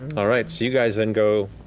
all right, so you guys then go,